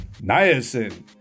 Niacin